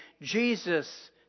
Jesus